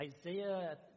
Isaiah